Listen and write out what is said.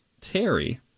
Terry